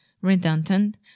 redundant